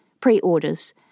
pre-orders